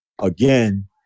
again